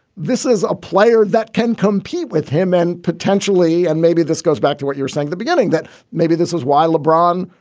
this is a player that can compete with him and potentially and maybe this goes back to what you're saying, the beginning that maybe this was why lebron.